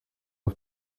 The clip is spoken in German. auf